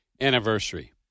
anniversary